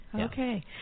Okay